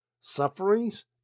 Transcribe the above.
sufferings